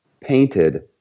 painted